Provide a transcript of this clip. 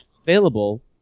available